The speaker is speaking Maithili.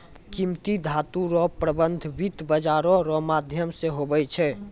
कीमती धातू रो प्रबन्ध वित्त बाजारो रो माध्यम से हुवै छै